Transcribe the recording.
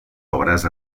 obres